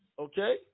Okay